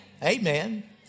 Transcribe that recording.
Amen